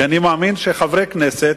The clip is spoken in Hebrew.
אני מאמין שחברי כנסת